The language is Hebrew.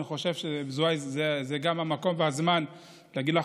אני חושב שזה המקום והזמן גם להגיד לך